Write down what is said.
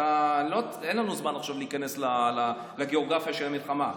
אין לנו זמן עכשיו להיכנס לגיאוגרפיה של המלחמה.